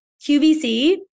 QVC